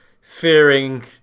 fearing